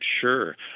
Sure